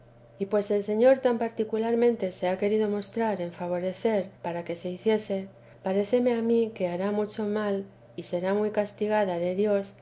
y pues el señor tan particularmente se ha querido mostrar en favorecer para que se hiciese paréceme a mí que hará mucho mal y será muy castigada de dios